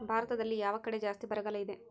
ಭಾರತದಲ್ಲಿ ಯಾವ ಕಡೆ ಜಾಸ್ತಿ ಬರಗಾಲ ಇದೆ?